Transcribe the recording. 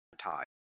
tie